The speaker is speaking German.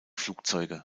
flugzeuge